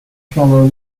shallow